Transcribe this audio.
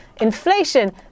inflation